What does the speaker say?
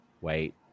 Wait